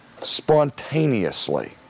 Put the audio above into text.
spontaneously